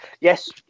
Yes